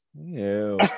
Ew